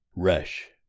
Resh